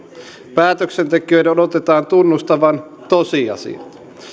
päätöksentekijöiden odotetaan tunnustavan tosiasiat